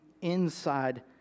inside